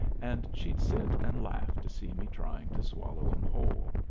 and she'd sit and laugh to see me trying to swallow em whole.